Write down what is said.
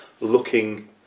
looking